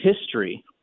history